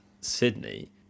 sydney